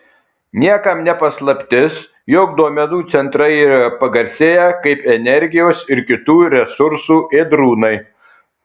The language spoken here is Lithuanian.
niekam ne paslaptis jog duomenų centrai yra pagarsėję kaip energijos ir kitų resursų ėdrūnai